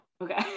Okay